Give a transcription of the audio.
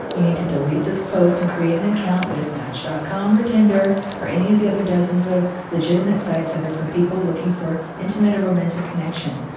you need to delete this post and create an account with match dot com or tinder, or any of the other dozens of legitimate sites that are for people looking for intimate or romantic connection.